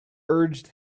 urged